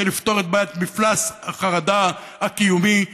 לפתור את בעיית מפלס החרדה קיומית שלהם.